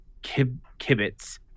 Kibbits